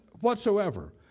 whatsoever